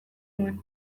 nuen